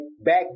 back